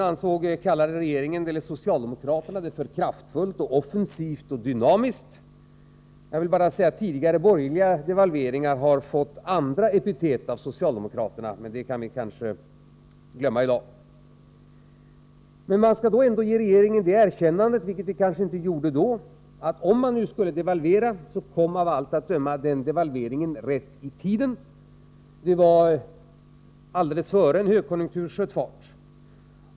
Den gången kallade regeringen, eller socialdemokraterna, det för kraftfullt, offensivt och dynamiskt. Tidigare, borgerliga devalveringar har fått andra epitet av socialdemokraterna, men det kan vi kanske glömma i dag. Man skall ge regeringen det erkännandet, vilket vi inte gjorde då, att om man nu skulle devalvera, så kom den devalveringen av allt att döma rätt i tiden, alldeles innan en högkonjunktur sköt fart.